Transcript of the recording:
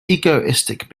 egoistic